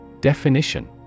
Definition